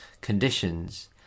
conditions